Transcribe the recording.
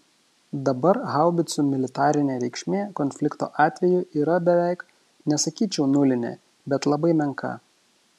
dabar haubicų militarinė reikšmė konflikto atveju yra beveik nesakyčiau nulinė bet labai menka